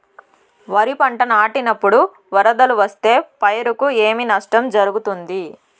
వరిపంట నాటినపుడు వరదలు వస్తే పైరుకు ఏమి నష్టం జరుగుతుంది?